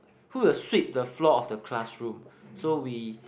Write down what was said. who will sweep the floor of the classroom so we